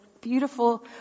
beautiful